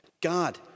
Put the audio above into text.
God